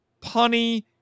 punny